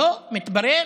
לא, מתברר